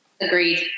Agreed